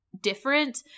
different